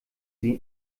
sie